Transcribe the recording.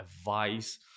advice